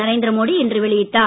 நரேந்திர மோடி இன்று வெளியிட்டார்